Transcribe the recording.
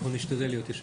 אנחנו נשתדל להיות ישרים.